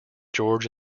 george